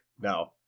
No